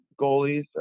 goalies